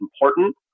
important